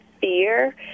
fear